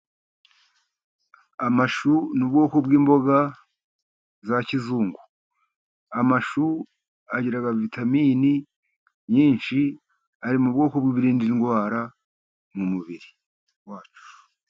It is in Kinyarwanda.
Amashu ni ubwoko bw'imboga za kizungu . Amashu agira vitaminini nyinshi, ari mu bwoko bw'ibirinda indwara mu mubiri wacu.